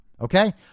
Okay